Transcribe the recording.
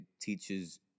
teaches